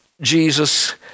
Jesus